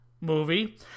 Movie